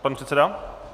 Pan předseda.